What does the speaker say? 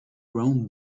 rope